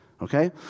okay